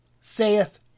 saith